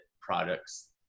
products